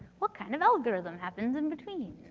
what kind of algorithm happens in between?